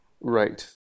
right